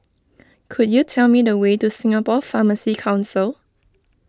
could you tell me the way to Singapore Pharmacy Council